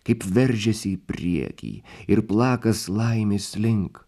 kaip veržiasi į priekį ir plakas laimės link